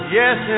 yes